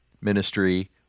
ministry